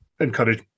encourage